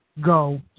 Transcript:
go